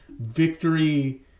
victory